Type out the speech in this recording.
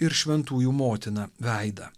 ir šventųjų motina veidą